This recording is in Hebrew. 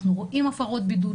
אנחנו רואים הפרות בידוד,